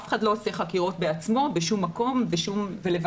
אף אחד לא עושה חקירות בעצמו בשום מקום ולבד.